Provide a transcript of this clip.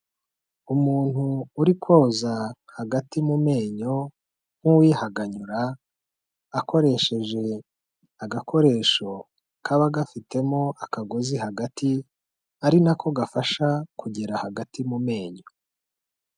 Umuntu uri koza hagati mu menyo nk'uwihanganyura akoresheje agakoresho kaba gafitemo akagozi hagati ari nako gafasha kugera hagati mu menyo.